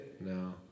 No